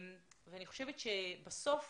אני חושבת שבסוף